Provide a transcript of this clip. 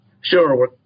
Sure